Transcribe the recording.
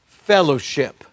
fellowship